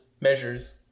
measures